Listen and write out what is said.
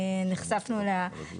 שנחשפנו אליה.